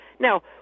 Now